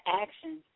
action